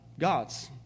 God's